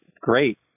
great